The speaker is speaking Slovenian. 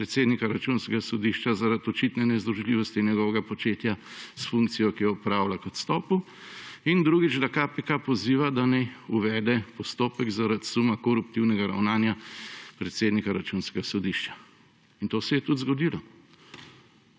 predsednika Računskega sodišča zaradi očitne nezdružljivosti njegovega početja s funkcijo, ki jo opravlja, k odstopu, in drugič, da KPK poziva, da naj uvede postopek zaradi suma koruptivnega ravnanja predsednika Računskega sodišča. In to se je tudi zgodilo.